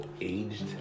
aged